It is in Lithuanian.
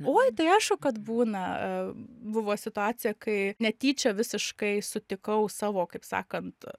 oi tai aišku kad būna buvo situacija kai netyčia visiškai sutikau savo kaip sakant